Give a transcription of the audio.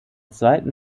zweiten